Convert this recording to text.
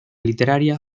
literaria